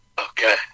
Okay